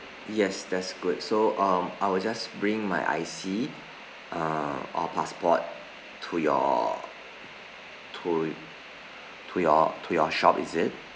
yes that's good so um I will just bring my I_C uh or passport to your to to your to your shop is it